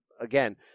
again